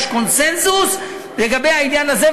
יש קונסנזוס לגבי העניין הזה,